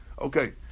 Okay